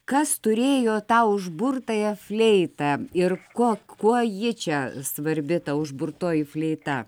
kas turėjo tą užburtąją fleitą ir ko kuo ji čia svarbi ta užburtoji fleita